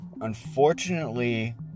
unfortunately